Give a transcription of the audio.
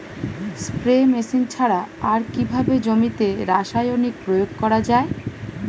Spray machine ছাড়া আর কিভাবে জমিতে রাসায়নিক প্রয়োগ করা যায়?